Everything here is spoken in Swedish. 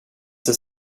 inte